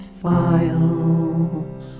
files